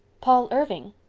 paul irving?